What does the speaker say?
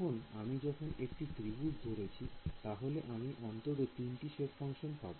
এখন আমি যখন একটি ত্রিভুজ ধরছি তাহলে আমি অন্তত তিনটে সেপ ফাংশন পাব